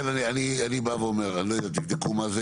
אני אומר, תבדקו מה זה.